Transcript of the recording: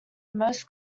most